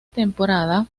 temporada